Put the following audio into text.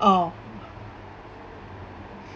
oh